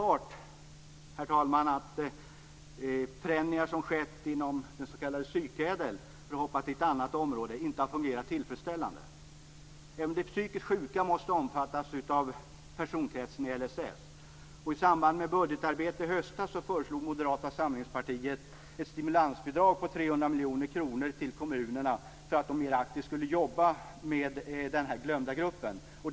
Det är uppenbart att förändringar som har skett inom den s.k. psykädel - för att hoppa över till ett annat område - inte har fungerat tillfredsställande. Även de psykiskt sjuka måste omfattas av personkretsen i LSS. I samband med budgetarbetet i höstas föreslog Moderata samlingspartiet ett stimulansbidrag på 300 miljoner kronor till kommunerna för att dessa mer aktivt skulle jobba med den här glömda gruppen.